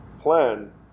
plan